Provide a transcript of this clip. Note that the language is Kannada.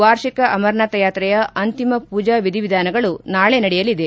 ವಾರ್ಷಿಕ ಅಮರನಾಥ ಯಾತ್ರೆಯ ಅಂತಿಮ ಪೂಜಾ ವಿಧಿವಿಧಾನಗಳು ನಾಳೆ ನಡೆಯಲಿದೆ